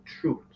truth